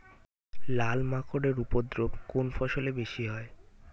লাল মাকড় এর উপদ্রব কোন ফসলে বেশি হয়?